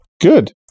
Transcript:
Good